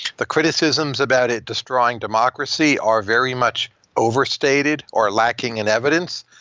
the criticisms about it destroying democracy are very much overstated or lacking in evidence.